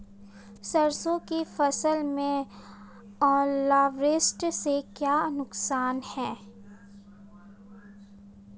सरसों की फसल में ओलावृष्टि से क्या नुकसान है?